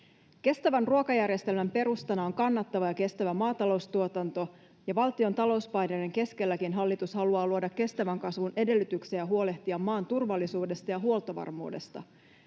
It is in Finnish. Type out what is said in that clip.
Kestävän ruokajärjestelmän perustana on kannattava ja kestävä maataloustuotanto, ja valtion talouspaineiden keskelläkin hallitus haluaa luoda kestävän kasvun edellytyksiä ja huolehtia maan turvallisuudesta ja huoltovarmuudesta.